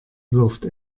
wirft